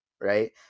right